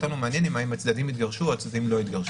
אותנו מעניין אם הצדדים התגרשו או לא התגרשו.